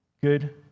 good